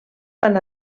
van